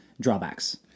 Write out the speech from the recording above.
drawbacks